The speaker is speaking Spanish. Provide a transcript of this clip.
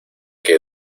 que